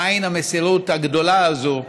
מאין המסירות הגדולה הזו,